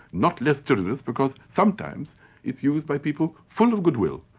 not less tyrannous because sometimes it's used by people full of goodwill,